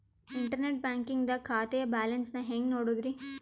Internet banking ದಾಗ ಖಾತೆಯ balance ನ ಹೆಂಗ್ ನೋಡುದ್ರಿ?